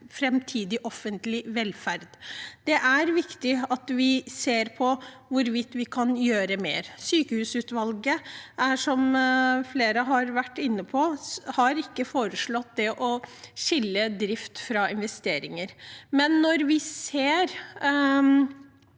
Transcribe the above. framtidig offentlig velferd. Det er viktig at vi ser på hvorvidt vi kan gjøre mer. Sykehusutvalget har, som flere har vært inne på, ikke foreslått å skille drift fra investeringer. Når vi ser